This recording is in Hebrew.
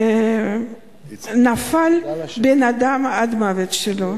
נפל בן-אדם אל מותו.